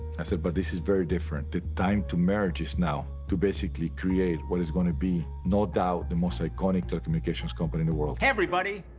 i said but this is very different. the time to merge is now, to basically create what is going to be no doubt the most iconic telecommunications company in the world. hey everybody,